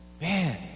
man